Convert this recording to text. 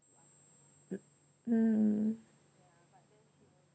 mm mm